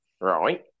right